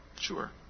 sure